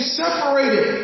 separated